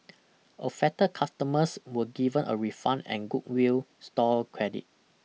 affected customers were given a refund and goodwill store credit